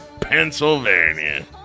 Pennsylvania